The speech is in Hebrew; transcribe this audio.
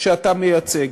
שאתה מייצג.